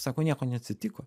sako nieko neatsitiko